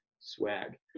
swag